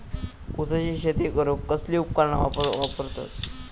ऊसाची शेती करूक कसली उपकरणा वापरतत?